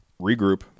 regroup